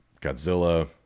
Godzilla